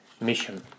mission